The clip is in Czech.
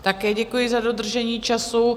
Také děkuji za dodržení času.